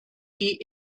die